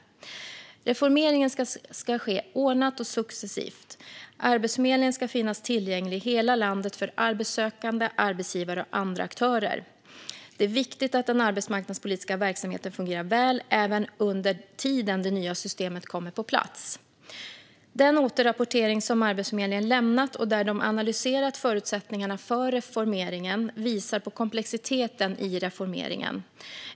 Reformeringen ska ske ordnat och successivt. Arbetsförmedlingen ska finnas tillgänglig i hela landet för arbetssökande, arbetsgivare och andra aktörer. Det är viktigt att den arbetsmarknadspolitiska verksamheten fungerar väl även under tiden det nya systemet kommer på plats. Den återrapportering som Arbetsförmedlingen lämnat och där de analyserat förutsättningarna för reformeringen visar på komplexiteten i reformeringen.